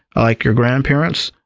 like your grandparents.